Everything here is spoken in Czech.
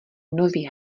nový